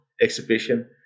exhibition